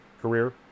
career